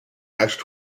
etched